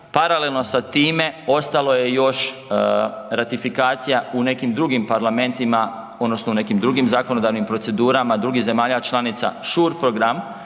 Paralelno sa time ostalo je još ratifikacija u nekim drugim parlamentima odnosno u nekim drugim zakonodavnim procedurama drugih zemalja članica. Shure program